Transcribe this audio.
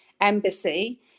embassy